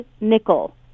nickel